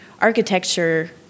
architecture